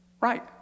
Right